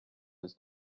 his